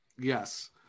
yes